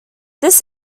this